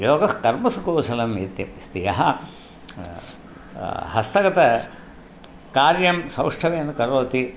योगः कर्मसु कौशलम् इत्यपि अस्ति यः हस्तगतकार्यं सौष्ठवेन करोति